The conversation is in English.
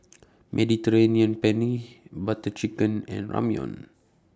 Mediterranean Penne Butter Chicken and Ramyeon